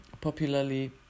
popularly